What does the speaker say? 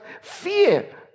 fear